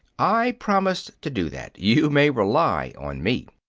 i promise to do that. you may rely on me.